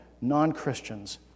non-Christians